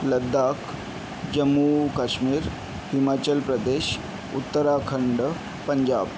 Ladakh Jammu Kashmir Himachal Pradesh Uttarakhand Punjab